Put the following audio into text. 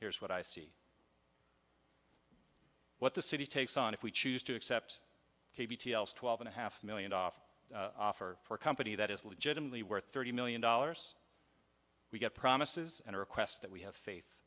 here's what i see what the city takes on if we choose to accept twelve and a half million off offer for a company that is legitimately worth thirty million dollars we get promises and requests that we have faith